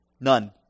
None